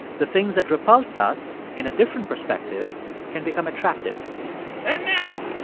the things that repulse us in a different perspective can become attractive and now